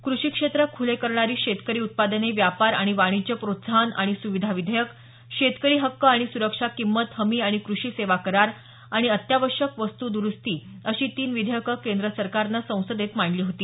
कृषीक्षेत्र खुले करणारी शेतकरी उत्पादने व्यापार आणि वाणिज्य प्रोत्साहन आणि सुविधा विधेयक शेतकरी हक्क आणि सुरक्षा किंमत हमी आणि कृषी सेवा करार आणि अत्यावश्यक वस्तू दुरुस्ती अशी तीन विधेयके केंद्र सरकारने संसदेत मांडली होती